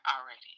already